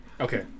Okay